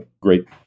great